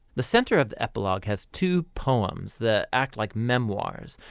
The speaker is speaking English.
the center of the epilogue has two poems that act like memoirs,